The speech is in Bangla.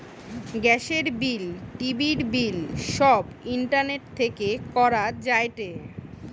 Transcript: গ্যাসের বিল, টিভির বিল সব ইন্টারনেট থেকে করা যায়টে